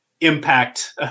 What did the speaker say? impact